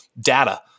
data